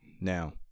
Now